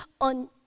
on